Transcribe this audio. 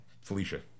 felicia